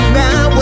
now